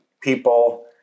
people